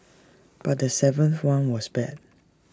but the seventh one was bad